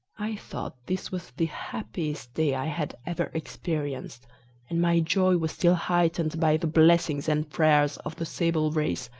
i thought this was the happiest day i had ever experienced and my joy was still heightened by the blessings and prayers of the sable race,